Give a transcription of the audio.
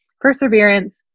perseverance